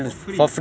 for free